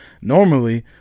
Normally